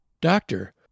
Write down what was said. Doctor